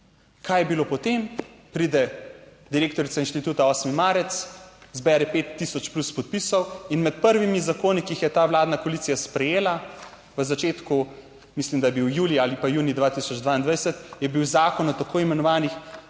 Kaj je bilo potem? Pride direktorica Inštituta 8. Marec, zbere 5 tisoč plus podpisov in med prvimi zakoni, ki jih je ta vladna koalicija sprejela v začetku, mislim, da je bil julija ali pa junij 2022, je bil zakon o tako imenovanih